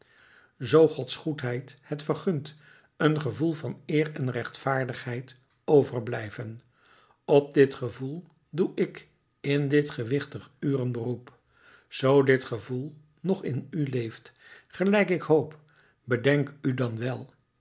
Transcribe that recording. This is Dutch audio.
zoo gods goedheid het vergunt een gevoel van eer en rechtvaardigheid overblijven op dit gevoel doe ik in dit gewichtig uur een beroep zoo dit gevoel nog in u leeft gelijk ik hoop bedenk u dan wel